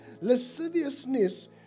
lasciviousness